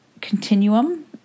continuum